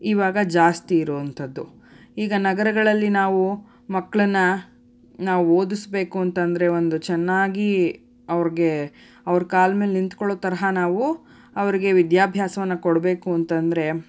ಇವಾಗ ಜಾಸ್ತಿ ಇರುವಂಥದ್ದು ಈಗ ನಗರಗಳಲ್ಲಿ ನಾವು ಮಕ್ಕಳನ್ನ ನಾವು ಓದಿಸ್ಬೇಕು ಅಂತಂದರೆ ಒಂದು ಚೆನ್ನಾಗಿ ಅವ್ರಿಗೆ ಅವ್ರ ಕಾಲ್ ಮೇಲೆ ನಿಂತುಕೊಳ್ಳೋ ತರಹ ನಾವು ಅವ್ರಿಗೆ ವಿದ್ಯಾಭ್ಯಾಸವನ್ನು ಕೊಡಬೇಕು ಅಂತಂದರೆ